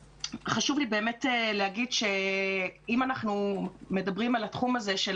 חשוב לי לומר שאם אנחנו מדברים על התחום הזה של